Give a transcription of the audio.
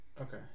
okay